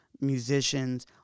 musicians